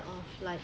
of like